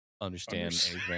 understand